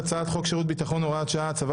1. הצעת חוק שירות ביטחון (הוראת שעה) (הצבת